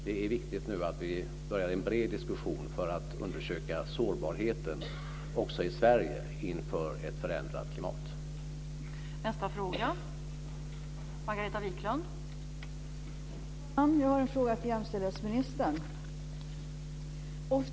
Det är viktigt att vi nu börjar en bred diskussion för att undersöka sårbarheten inför ett förändrat klimat också i Sverige.